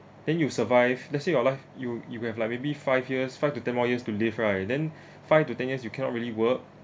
then you survive let's say your life you you have like maybe five years five to ten more years to live right then five to ten years you cannot really work